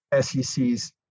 SEC's